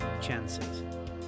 chances